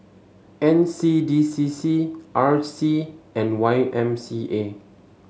N C D C C R C and Y M C A